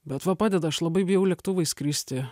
bet va padeda aš labai bijau lėktuvais skristi